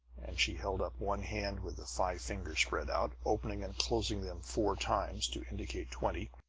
and she held up one hand with the five fingers spread out, opening and closing them four times, to indicate twenty.